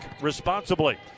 responsibly